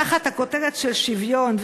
תחת הכותרת של שוויון,